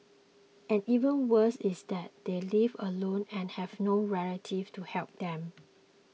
and even worse is that they live alone and have no relatives to help them